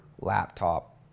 laptop